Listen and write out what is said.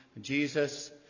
Jesus